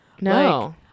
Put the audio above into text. No